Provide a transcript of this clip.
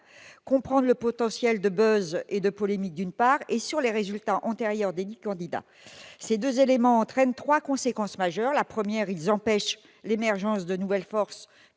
expression le potentiel de « buzz » et de polémiques -, et, d'autre part, sur les résultats antérieurs desdits candidats. Ces deux éléments entraînent trois conséquences majeures. Premièrement, ils empêchent l'émergence de nouvelles forces,